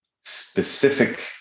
specific